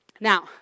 Now